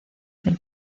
del